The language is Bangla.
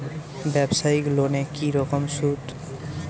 ব্যবসায়িক লোনে কি রকম সুদ?